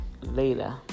Later